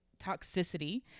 toxicity